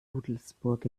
rudelsburg